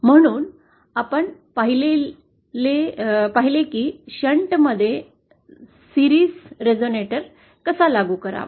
म्हणून आपण पाहिले की शंटमध्ये मालिका रेझोनेटर कसा लागू करावा